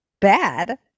Bad